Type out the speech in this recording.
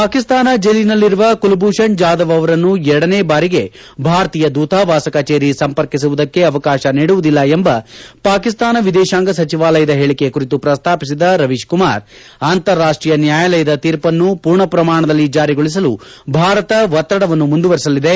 ಪಾಕಿಸ್ತಾನ ಜೈಲಿನಲ್ಲಿರುವ ಕುಲ್ಭೂಷಣ್ ಜಾಧವ್ ಅವರನ್ನು ಎರಡನೇ ಭಾರಿಗೆ ಭಾರತೀಯ ಧೂತವಾಸ ಕಜೇರಿ ಸಂಪರ್ಕಿಸುವುದಕ್ಕೆ ಅವಕಾಶ ನೀಡುವುದಿಲ್ಲ ಎಂಬ ಪಾಕಿಸ್ತಾನ ವಿದೇಶಾಂಗ ಸಚಿವಾಲಯದ ಹೇಳಿಕೆ ಕುರಿತು ಪ್ರಸ್ತಾಪಿಸಿದ ರವೀಶ್ಕುಮಾರ್ ಅಂತಾರಾಷ್ಷೀಯ ನ್ಯಾಯಾಲಯದ ತೀರ್ಮನ್ನು ಪೂರ್ಣ ಪ್ರಮಾಣದಲ್ಲಿ ಜಾರಿಗೊಳಸಲು ಭಾರತ ಒತ್ತಡವನ್ನು ಮುಂದುವರಿಸಲಿದೆ